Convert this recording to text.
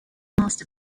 master